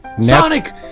Sonic